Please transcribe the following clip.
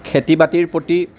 খেতি বাতিৰ প্ৰতি